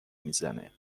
میزنه